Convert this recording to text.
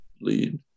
lead